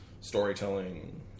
storytelling